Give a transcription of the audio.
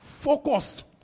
Focus